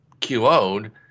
QO'd